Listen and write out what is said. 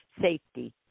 safety